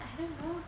I don't know